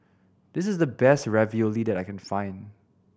this is the best Ravioli that I can find